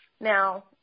now